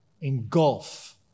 engulf